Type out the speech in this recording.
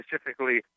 specifically